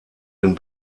den